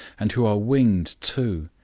and who are winged too,